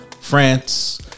France